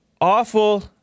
awful